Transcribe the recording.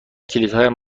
کلیدهایم